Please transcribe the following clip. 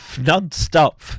non-stop